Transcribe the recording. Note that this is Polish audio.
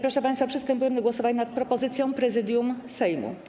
Proszę państwa, przystępujemy do głosowania nad propozycją Prezydium Sejmu.